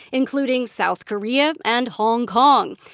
including south korea and hong kong.